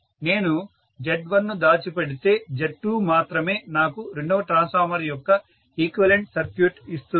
నేను Z1 ను దాచిపెడితే Z2మాత్రమే నాకు రెండవ ట్రాన్స్ఫార్మర్ యొక్క ఈక్వివలెంట్ సర్క్యూట్ ను ఇస్తుంది